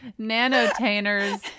nanotainers